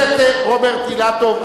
חבר הכנסת רוברט אילטוב,